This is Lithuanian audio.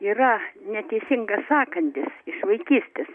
yra neteisingas sąkandis iš vaikystės